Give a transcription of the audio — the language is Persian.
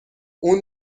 اون